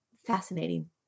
Fascinating